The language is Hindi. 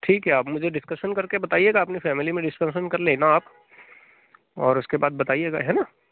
ठीक है आप मुझे डिस्कसन करके बताइएगा अपनी फैमली में डिस्कंसन कर लेना आप और उसके बाद बताइएगा है ना